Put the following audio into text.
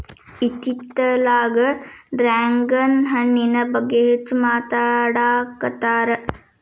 ಇತ್ತಿತ್ತಲಾಗ ಡ್ರ್ಯಾಗನ್ ಹಣ್ಣಿನ ಬಗ್ಗೆ ಹೆಚ್ಚು ಮಾತಾಡಾಕತ್ತಾರ